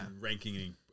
ranking